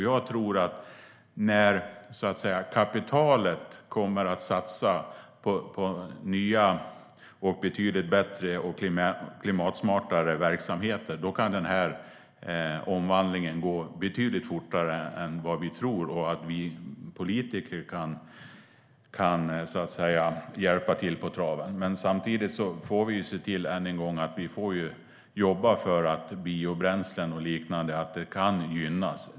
Jag tror att när kapitalet satsar på nya och betydligt bättre och klimatsmartare verksamheter kan den här omvandlingen gå betydligt fortare än vad vi tror och att vi politiker kan hjälpa den på traven. Samtidigt får vi se till, än en gång, att jobba för att biobränslen och liknande kan gynnas.